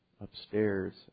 upstairs